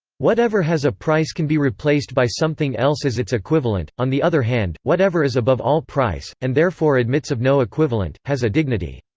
whatever has a price can be replaced by something else as its equivalent on the other hand, whatever is above all price, and therefore admits of no equivalent, has a dignity.